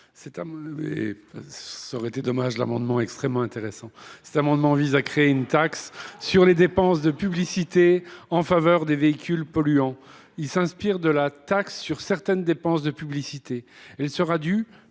Cet amendement vise à créer une taxe sur les dépenses de publicité en faveur des véhicules polluants. S’inspirant de la « taxe sur certaines dépenses de publicité », celle ci sera due